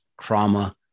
trauma